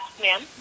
ma'am